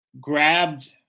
grabbed